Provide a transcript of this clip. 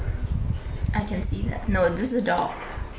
I can see that no this is a dog